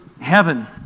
heaven